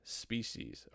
species